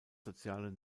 soziale